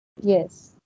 Yes